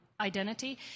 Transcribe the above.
identity